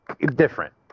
different